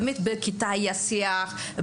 היה שיח על זה בכיתה,